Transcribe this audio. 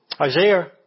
Isaiah